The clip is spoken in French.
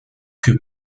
que